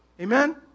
Amen